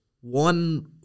one